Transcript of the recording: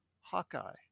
Hawkeye